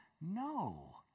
no